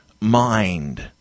mind